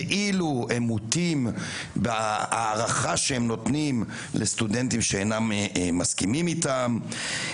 כאילו הם מוטים בהערכה שהם נותנים לסטודנטים שאינם מסכימים איתם.